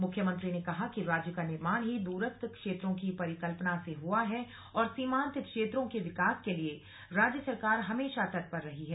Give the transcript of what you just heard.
मुख्यमंत्री ने कहा कि राज्य का निर्माण ही दूरस्थ क्षेत्रों की परिकल्पना से हुआ है और सीमांत क्षेत्रों के विकास के लिए राज्य सरकार हमेशा तत्पर रही है